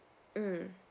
mm